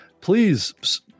please